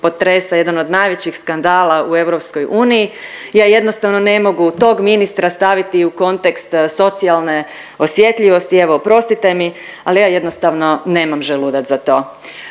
potresa jedan od najvećih skandala u EU, ja jednostavno ne mogu tog ministra staviti u kontekst socijalne osjetljivosti. Evo, oprostite mi, ali ja jednostavno nemam želudac za to.